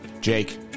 Jake